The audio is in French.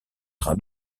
train